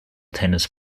tennis